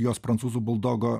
jos prancūzų buldogo